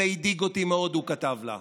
זה הדאיג אותי מאוד, הוא כתב לה.